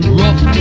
rough